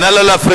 נא לא להפריע.